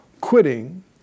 quitting